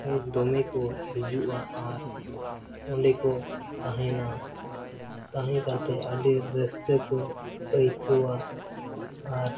ᱫᱚᱢᱮ ᱠᱚ ᱦᱤᱡᱩᱜᱼᱟ ᱟᱨ ᱚᱸᱰᱮ ᱠᱚ ᱛᱟᱦᱮᱱᱟ ᱛᱟᱦᱮᱸ ᱠᱟᱛᱮᱫ ᱟᱹᱰᱤ ᱨᱟᱹᱥᱠᱟᱹ ᱠᱚ ᱟᱹᱭᱠᱟᱹᱣᱟ ᱟᱨ